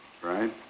right